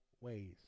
ways